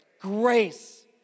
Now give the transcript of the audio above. Grace